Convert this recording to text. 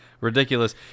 Ridiculous